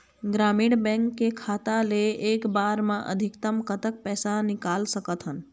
ग्रामीण बैंक के खाता ले एक बार मा अधिकतम कतक पैसा निकाल सकथन?